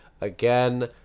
Again